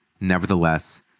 Nevertheless